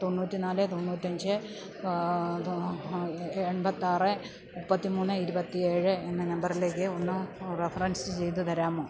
തൊണ്ണൂറ്റി നാല് തൊണ്ണൂറ്റഞ്ച് എൺപത്താറ് മുപ്പത്തി മൂന്ന് ഇരുപത്തി ഏഴ് എന്ന നമ്പറിലേക്ക് ഒന്ന് റഫറൻസ് ചെയ്ത് തരാമോ